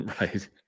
right